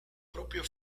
propio